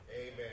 Amen